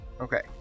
Okay